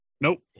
nope